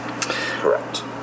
correct